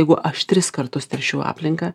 jeigu aš tris kartus teršiu aplinką